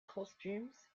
costumes